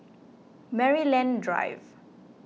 Maryland Drive